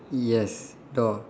yes door